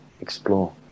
explore